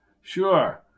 Sure